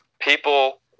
people